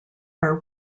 are